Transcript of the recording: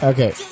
Okay